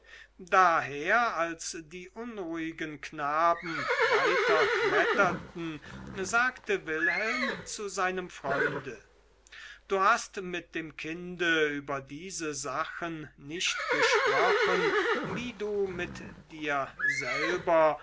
daher als die unruhigen knaben weiterkletterten sagte wilhelm zu seinem freunde du hast mit dem kinde über diese sachen nicht gesprochen wie du mit dir selber